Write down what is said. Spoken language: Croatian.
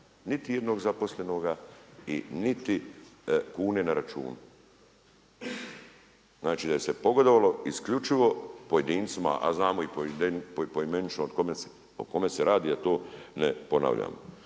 niti jednoga zaposlenoga i niti kune na računu. Znači da je se pogodovalo isključivo pojedincima, a znamo poimenično o kome se radi, a to ne ponavljamo.